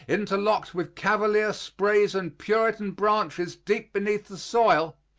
interlocked with cavalier sprays and puritan branches deep beneath the soil,